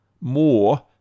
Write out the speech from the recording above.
more